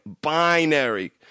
binary